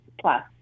plus